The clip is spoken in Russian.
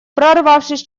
прорвавшись